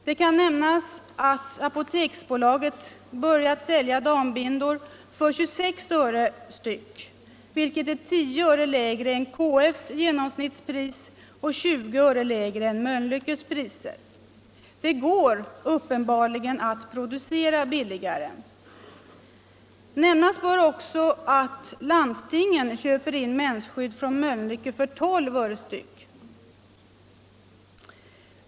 Det kan nämnas att Apoteksbolaget börjat sälja dambindor för 26 öre styck, vilket är 10 öre lägre än KF:s genomsnittspris och 20 öre lägre än Mölnlyckes priser. Det går uppenbarligen att producera billigare. Nämnas bör också att landstingen köper in mensskydd från Mölnlycke för 12 öre styck.